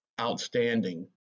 outstanding